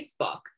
Facebook